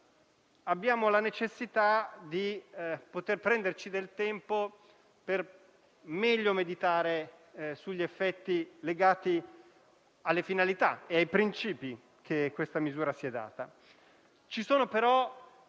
abbiamo la necessità di prenderci del tempo per meglio meditare sugli effetti legati alle finalità e ai principi che questa misura si è data.